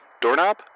doorknob